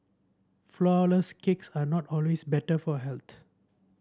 flourless cakes are not always better for health